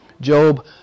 Job